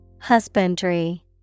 Husbandry